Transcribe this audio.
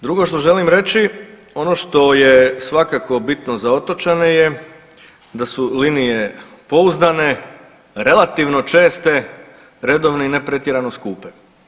Drugo što želim reći, ono to je svakako bitno za otočane je da su linije pouzdane, relativno česte, redovne i ne pretjerano skupe.